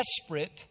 desperate